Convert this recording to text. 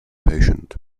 patient